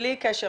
בלי קשר